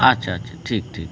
আচ্ছা আচ্ছা ঠিক ঠিক